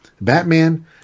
Batman